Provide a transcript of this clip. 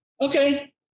okay